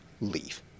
leave